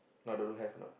now don't know have a not